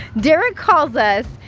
derek calls us,